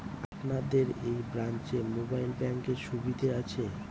আপনাদের এই ব্রাঞ্চে মোবাইল ব্যাংকের সুবিধে আছে?